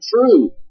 true